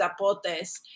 zapotes